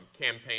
campaign